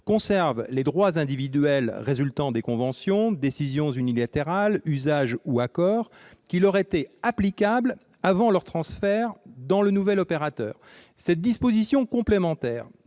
conservent les droits individuels résultant des conventions, décisions unilatérales, usages ou accords qui leur étaient applicables avant leur transfert au sein du nouvel opérateur. Cette disposition complémentaire